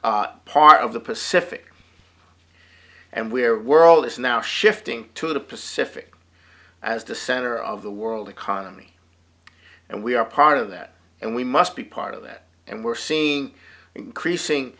are part of the pacific and we are world is now shifting to the pacific as the center of the world economy and we are part of that and we must be part of that and we're seeing increasing